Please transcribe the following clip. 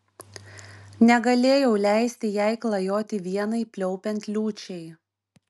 negalėjau leisti jai klajoti vienai pliaupiant liūčiai